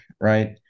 Right